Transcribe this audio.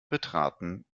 betraten